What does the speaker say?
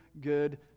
good